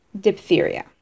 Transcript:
diphtheria